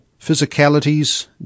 physicalities